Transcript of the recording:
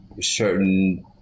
certain